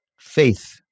faith